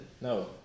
No